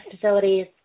facilities